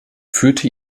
führte